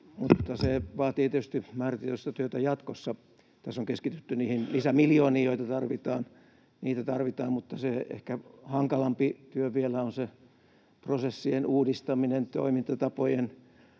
se vaatii tietysti määrätietoista työtä jatkossa. Tässä on keskitytty niihin lisämiljooniin, joita tarvitaan, mutta ehkä vielä hankalampi työ on prosessien uudistaminen, toimintatapojen oikea